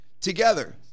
together